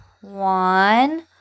One